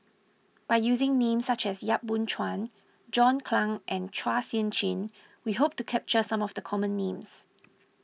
by using names such as Yap Boon Chuan John Clang and Chua Sian Chin we hope to capture some of the common names